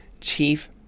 chief